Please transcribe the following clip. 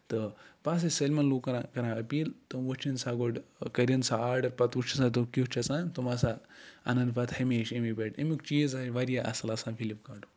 تہٕ بہٕ ہسا چھُس سٲلۍمن لوٗکن کران أپیٖل تٔمۍ وٕچھِنۍ سا گۄڈٕ کرٕنۍ سا آڈر پَتہٕ وٕچھِنۍ سا تِم کیُتھ چھُ آسان تٕم ہسا اَنن پَتہٕ ہَمیشہٕ اَمے پٮ۪ٹھ اَمیُک چیٖز ہسا چھُ واریاہ اَصٕل آسان فِلپکاٹُک